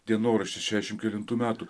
dienoraštis šešiasdešimt kelintų metų